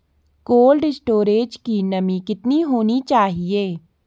Cold storage की नमी कितनी होनी चाहिए?